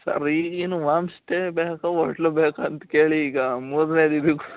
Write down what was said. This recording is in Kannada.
ಸರ್ ಈಗೇನು ವಾಮ್ಸ್ಟೇ ಬೇಕ ಓಟ್ಲು ಬೇಕಾ ಅಂತ ಕೇಳಿ ಈಗ ಮೂರನೇದು ಇದು